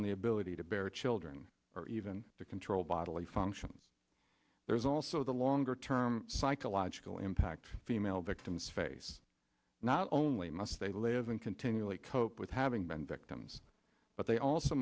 on the ability to bear children or even to control bodily functions there's also the longer term psychological impact female victims face not own we must save lives and continually cope with having been victims but they also